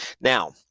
Now